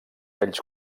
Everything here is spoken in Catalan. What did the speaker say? vells